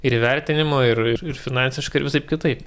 ir įvertinimo ir ir finansiškai ir visaip kitaip